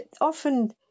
often